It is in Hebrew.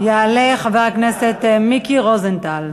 יעלה חבר הכנסת מיקי רוזנטל.